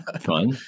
fun